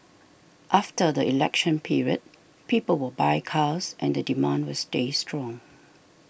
after the election period people will buy cars and the demand will stay strong